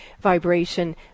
vibration